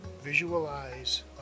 Visualize